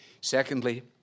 Secondly